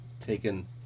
taken